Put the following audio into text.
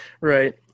Right